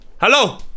Hello